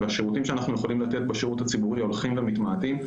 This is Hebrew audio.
והשירותים שאנחנו יכולים לתת בשירות הציבורי הולכים ומתמעטים,